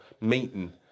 meeting